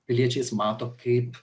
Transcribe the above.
piliečiais mato kaip